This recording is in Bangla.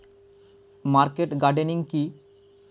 মার্কেট গার্ডেনিং কি?